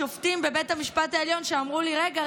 אני נתקלתי בשופטים בבית המשפט העליון שאמרו לי: רגע,